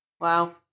Wow